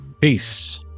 Peace